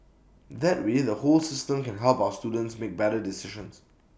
that way the whole system can help our students make better decisions